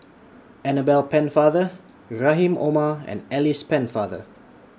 Annabel Pennefather Rahim Omar and Alice Pennefather